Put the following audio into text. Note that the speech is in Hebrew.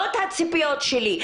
לא את הציפיות שלי.